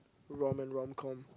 rom and romcom